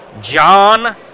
John